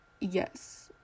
Yes